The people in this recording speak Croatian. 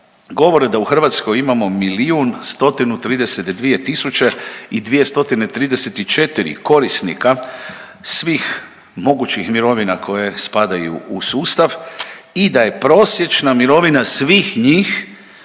tisuće i 2 stotine 34 korisnika svih mogućih mirovina koje spadaju u sustav i da je prosječna mirovina svih njih